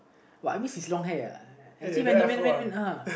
uh I missed his long hair uh actually when he went went uh